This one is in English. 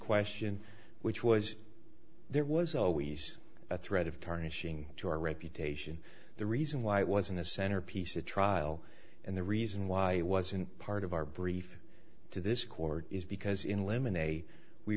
question which was there was always a threat of tarnishing to our reputation the reason why it wasn't a centerpiece a trial and the reason why it wasn't part of our brief to this court is because in limon a we we